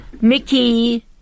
Mickey